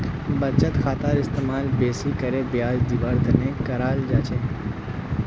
बचत खातार इस्तेमाल बेसि करे ब्याज दीवार तने कराल जा छे